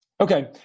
Okay